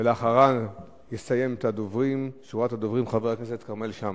ואחריו יסיים את שורת הדוברים חבר הכנסת כרמל שאמה.